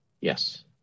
Yes